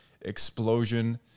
explosion